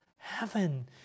Heaven